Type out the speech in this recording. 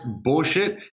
bullshit